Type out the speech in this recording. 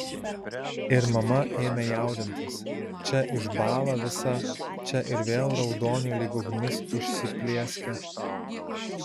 ir mama ėmė jaudintis čia išbąla visa čia ir vėl raudoniu lyg ugnis užsiplieskia